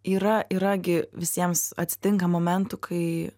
yra yra gi visiems atsitinka momentų kai